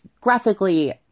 graphically